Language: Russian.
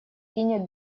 кинет